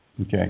Okay